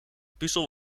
puzzel